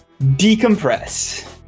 decompress